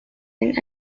and